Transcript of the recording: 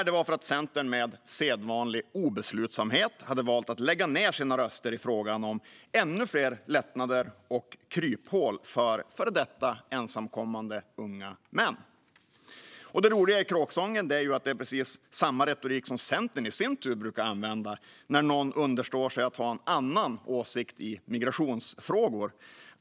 Det var för att Centern med sedvanlig obeslutsamhet hade valt att lägga ned sina röster i frågan om ännu fler lättnader och kryphål för före detta ensamkommande unga män. Det roliga i kråksången är att det är precis samma retorik som Centern i sin tur brukar använda när någon understår sig att ha en annan åsikt i migrationsfrågor.